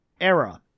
error